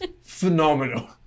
phenomenal